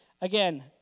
Again